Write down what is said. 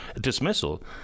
dismissal